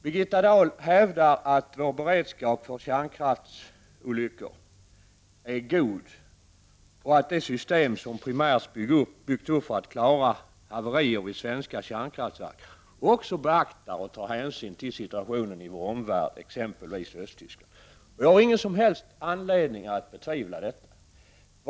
Birgitta Dahl hävdar att vår beredskap för kärnkraftsolyckor är god och att det system som primärt har byggts upp för att klara haverier vid svenska kärnkraftverk också beaktar och tar hänsyn till situationen i vår omvärld, exempelvis i Östtyskland. Jag har ingen anledning att betvivla detta.